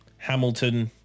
Hamilton